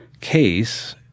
case